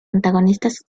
antagonistas